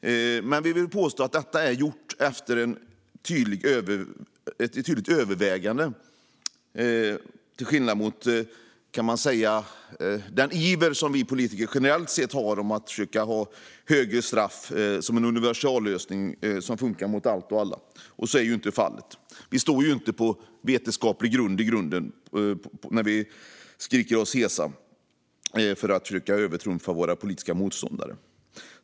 Men vi vill påstå att det är gjort efter ett tydligt övervägande, till skillnad mot den iver som vi politiker generellt sett har om att föreslå högre straff som en universallösning som fungerar mot allt och alla. Men så är inte fallet här. Vi står inte på vetenskaplig grund när vi skriker oss hesa för att försöka övertrumfa våra politiska motståndare.